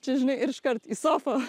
čia ir iškart į sofą